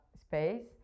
Space